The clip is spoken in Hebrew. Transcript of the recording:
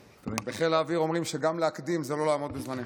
בחיל האוויר אומרים שגם להקדים זה לא לעמוד בזמנים.